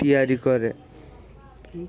ତିଆରି କରେ